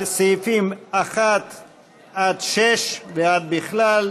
על סעיפים 1 6 ועד בכלל,